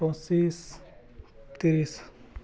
পঁচিছ ত্ৰিছ